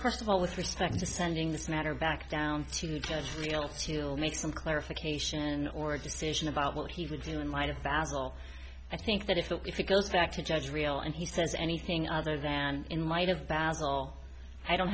first of all with respect to sending this matter back down to just feel to make some clarification or decision about what he would do in light of basil i think that if the if it goes back to judge real and he says anything other than in light of basil i don't